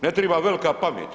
Ne triba velika pamet.